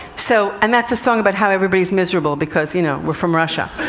so and that's a song about how everybody's miserable because, you know, we're from russia.